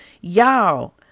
Y'all